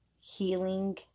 healing